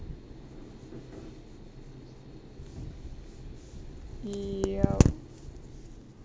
yup